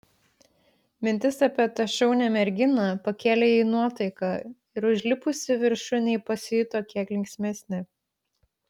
mintis apie tą šaunią merginą pakėlė jai nuotaiką ir užlipusi viršun ji pasijuto kiek linksmesnė